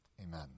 amen